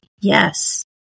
Yes